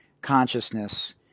consciousness